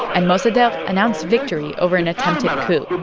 and mossadegh announced victory over an attempted coup